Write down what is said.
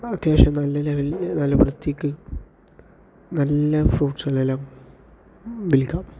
അത്യാവശ്യം നല്ല ലെവൽ നല്ല വൃത്തിക്ക് നല്ല ഫ്രൂട്ട്സ്കളെല്ലാം വിൽക്കാം